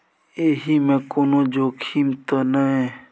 एहि मे कोनो जोखिम त नय?